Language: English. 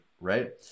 right